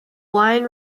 line